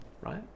right